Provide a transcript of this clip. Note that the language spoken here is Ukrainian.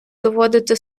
доводити